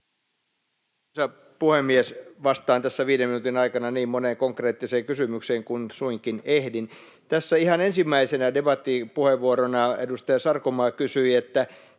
puhemies! Vastaan tässä viiden minuutin aikana niin moneen konkreettiseen kysymykseen kuin suinkin ehdin. Tässä ihan ensimmäisessä debattipuheenvuorossa edustaja Sarkomaa kysyi, miten